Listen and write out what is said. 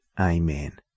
Amen